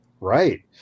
Right